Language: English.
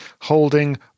holding